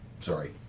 sorry